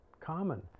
common